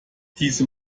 diese